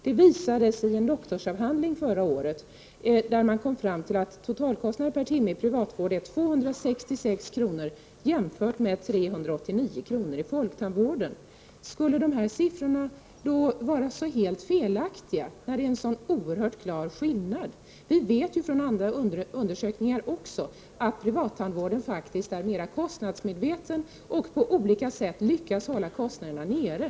Det har visats i en doktorsavhandling förra året, där man kom fram till att totalkostnaden per timme är 266 kr. i privatvården, jämfört med 389 kr. i folktandvården. Skulle dessa siffror vara så helt felaktiga, när skillnaden är så klar? Också från andra undersökningar vet vi att privattandvården är mer kostnadsmedveten och på olika sätt har lyckats hålla kostnaderna nere.